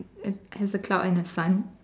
has has a cloud and a sun